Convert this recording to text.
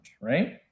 right